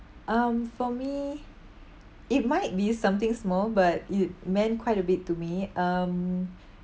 um for me it might be something small but it meant quite a bit to me um